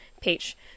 page